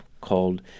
called